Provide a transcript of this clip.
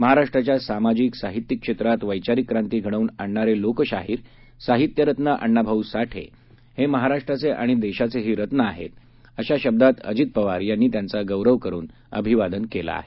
महाराष्ट्राच्या सामाजिक साहित्यिक क्षेत्रात वैचारिक क्रांती घडवून आणणारे लोकशाहीर साहित्यरत्न अण्णाभाऊ साठे हे महाराष्ट्राचे आणि देशाचेही रत्न आहेत अशा शब्दात अजित पवार यांनी त्यांचा गौरव करुन अभिवादन केलं आहे